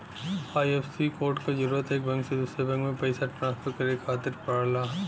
IFSC code क जरूरत एक बैंक से दूसरे बैंक में पइसा ट्रांसफर करे खातिर पड़ला